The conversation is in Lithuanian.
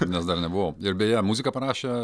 nes dar nebuvau ir beje muziką parašė